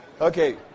Okay